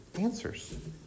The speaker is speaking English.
answers